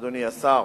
אדוני השר,